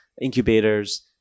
incubators